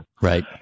Right